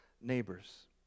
neighbors